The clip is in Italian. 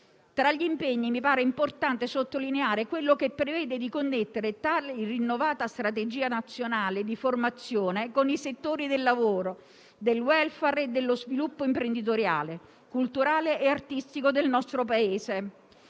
Tra gli impegni mi pare importante sottolineare quello che prevede di connettere tali rinnovata strategia nazionale di formazione con i settori del lavoro, del *welfare* e dello sviluppo imprenditoriale, culturale e artistico del nostro Paese,